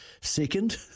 Second